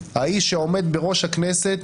האיש שעומד בראש הכנסת,